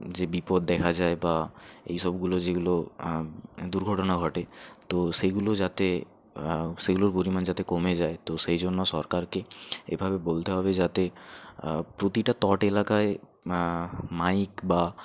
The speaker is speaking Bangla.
যে বিপদ দেখা যায় বা এই সবগুলো যেগুলো দুর্ঘটনা ঘটে তো সেগুলো যাতে সেগুলোর পরিমাণ যাতে কমে যায় তো সেই জন্য সরকারকে এভাবে বলতে হবে যাতে প্রতিটা তট এলাকায় মাইক বা